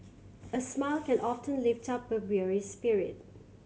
a smile can often lift up a weary spirit